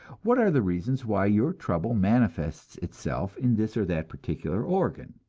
what are the reasons why your trouble manifests itself in this or that particular organ?